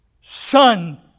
son